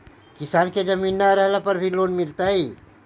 किसान के जमीन न रहला पर भी लोन मिलतइ?